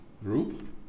group